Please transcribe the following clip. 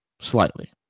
slightly